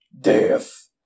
death